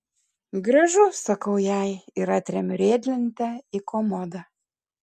gražu sakau jai ir atremiu riedlentę į komodą